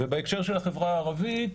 בהקשר של החברה הערבית,